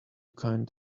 kind